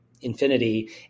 infinity